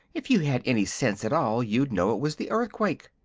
if you had any sense at all you'd known it was the earthquake.